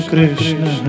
Krishna